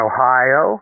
Ohio